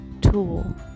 tool